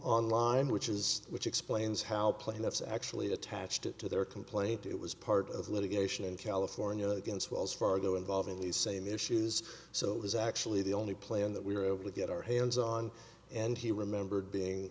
online which is which explains how plain that's actually attached it to their complaint it was part of litigation in california against wells fargo involving these same issues so it was actually the only plan that we were able to get our hands on and he remembered being